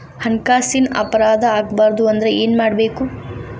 ಹಣ್ಕಾಸಿನ್ ಅಪರಾಧಾ ಆಗ್ಬಾರ್ದು ಅಂದ್ರ ಏನ್ ಮಾಡ್ಬಕು?